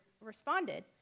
responded